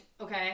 Okay